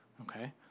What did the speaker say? okay